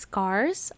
cars